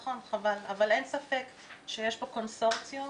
כלומר, מי שלא רוצה לשלם על מעשן בדיקת סקר של 700